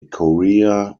korea